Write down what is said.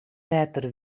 letter